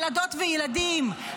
ילדות וילדים,